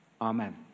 Amen